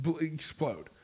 explode